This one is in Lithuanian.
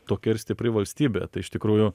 tokia ir stipri valstybė tai iš tikrųjų